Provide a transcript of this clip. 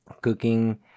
cooking